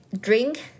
drink